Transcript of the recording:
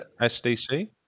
SDC